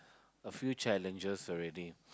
a few challenges already